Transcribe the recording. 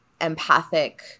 empathic